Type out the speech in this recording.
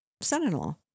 son-in-law